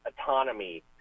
autonomy